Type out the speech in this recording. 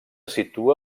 situa